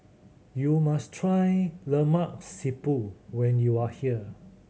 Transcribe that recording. you must try Lemak Siput when you are here